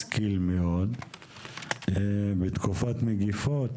בתקופת מגיפות,